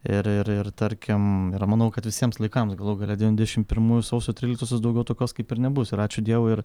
ir ir ir tarkim ir manau kad visiems laikams galų gale devyndešim pirmųjų sausio tryliktosios daugiau tokios kaip ir nebus ir ačiū dievui ir